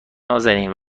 نازنین